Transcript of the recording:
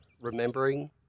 remembering